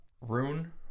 rune